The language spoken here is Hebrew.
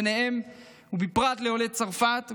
ובפרט עולי צרפת.